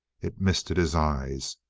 it misted his eyes.